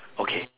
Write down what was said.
okay